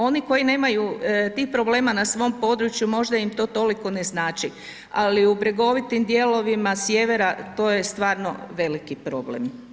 Oni koji nemaju tih problema na svom području, možda im to toliko ne znači, ali u bregovitim dijelovima sjevera to je stvarno veliki problem.